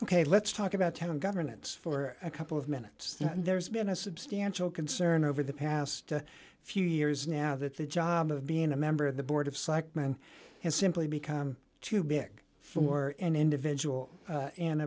ok let's talk about ten governments for a couple of minutes there's been a substantial concern over the past few years now that the job of being a member of the board of selectmen has simply become too big for an individual